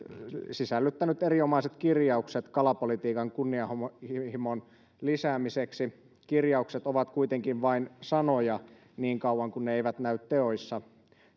sisällyttänyt erinomaiset kirjaukset kalapolitiikan kunnianhimon lisäämiseksi kirjaukset ovat kuitenkin vain sanoja niin kauan kuin ne eivät näy teoissa